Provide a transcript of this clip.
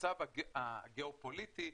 המצב הגיאופוליטי,